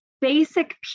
basic